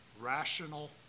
rational